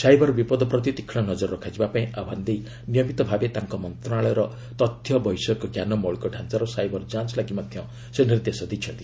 cyber ବିପଦ ପ୍ରତି ତୀକ୍ଷ୍ଣ ନଜର ରଖାଯିବାପାଇଁ ଆହ୍ୱାନ ଦେଇ ନିୟମିତଭାବେ ତାଙ୍କ ମନ୍ତ୍ରଣାଳୟର ତଥ୍ୟ ବୈଷୟିକ ଜ୍ଞାନ ମୌଳିକ ଡାଞ୍ଚାର ସାଇବର୍ ଯାଞ୍ ଲାଗି ସେ ନିର୍ଦ୍ଦେଶ ଦେଇଛନ୍ତି